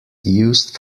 used